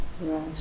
Right